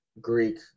Greek